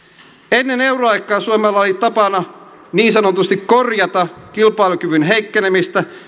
ennen euroaikaa suomella oli tapana niin sanotusti korjata kilpailukyvyn heikkenemistä